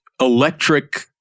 electric